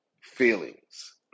feelings